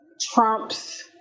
Trump's